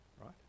right